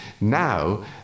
now